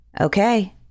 Okay